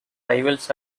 rivals